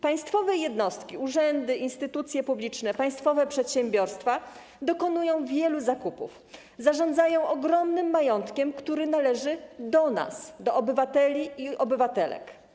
Państwowe jednostki, urzędy instytucje publiczne, państwowe przedsiębiorstwa dokonują wielu zakupów, zarządzają ogromnym majątkiem, który należy do nas, do obywateli i obywatelek.